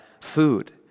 food